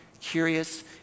curious